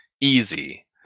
easy